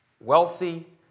wealthy